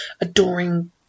adoring